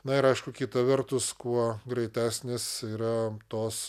na ir aišku kita vertus kuo greitesnės yra tos